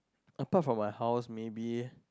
apart from my house maybe